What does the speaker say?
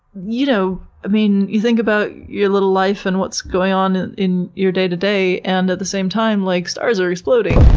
you know, i mean, you think about your little life and what's going on in your day-to-day, and at the same time like stars are exploding.